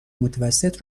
متوسط